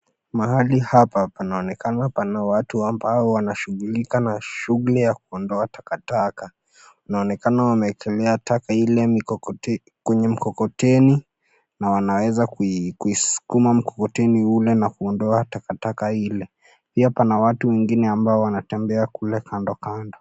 Mahali hapa panaonekena pana watu ambao wanashughulika na shughuli ya kuondoa takataka. Wanaonekana wamewekelea taka ile kwenye mkokoteni na wanaweza kuisukuma mkokoteni ule na kuondoa takataka ile. Pia pana watu wengine wanatembea kule kando kando.